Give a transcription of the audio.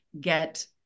get